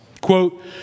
Quote